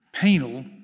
penal